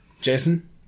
Jason